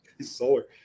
Solar